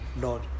Lord